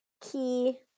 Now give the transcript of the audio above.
Key